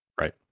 Right